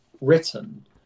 written